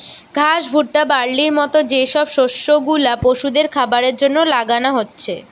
ঘাস, ভুট্টা, বার্লির মত যে সব শস্য গুলা পশুদের খাবারের জন্যে লাগানা হচ্ছে